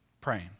praying